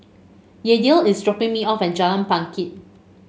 Yadiel is dropping me off at Jalan Bangket